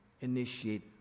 initiate